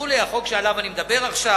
החוק שעליו אני מדבר עכשיו,